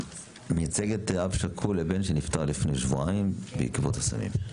מייצגת אב שכול לבן שנפטר לפני שבועיים בעקבות הסמים.